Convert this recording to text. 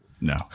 No